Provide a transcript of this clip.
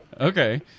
Okay